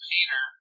Peter